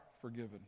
forgiven